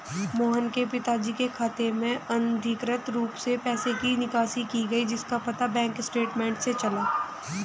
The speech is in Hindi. मोहन के पिताजी के खाते से अनधिकृत रूप से पैसे की निकासी की गई जिसका पता बैंक स्टेटमेंट्स से चला